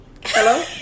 hello